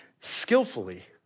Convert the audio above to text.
skillfully